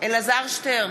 אלעזר שטרן,